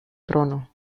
trono